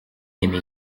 aimé